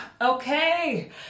Okay